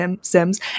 Sims